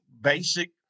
basic